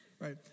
Right